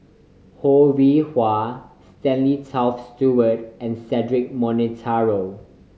Ho Rih Hwa Stanley Toft Stewart and Cedric Monteiro